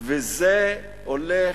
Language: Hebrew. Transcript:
וזה הולך,